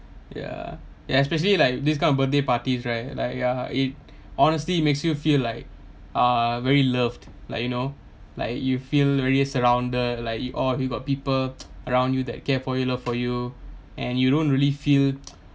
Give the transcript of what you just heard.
ya ya especially like this kind of birthday parties right like ya it honestly it makes you feel like uh very loved like you know like you feel really surrounded like it all you got people around you that care for you love for you and you don't really feel